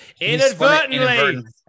inadvertently